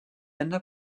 inner